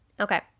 Okay